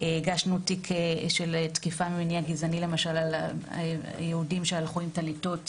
הגשנו תיק של תקיפה ממניע גזעני למשל על יהודים שהלכו עם טליתות